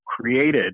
created